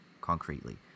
concretely